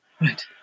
Right